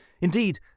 Indeed